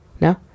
No